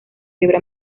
fiebre